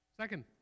Second